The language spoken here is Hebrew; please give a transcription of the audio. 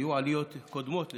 היו עליות קודמות לזה.